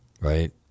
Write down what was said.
right